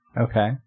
Okay